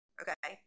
okay